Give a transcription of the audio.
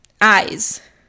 eyes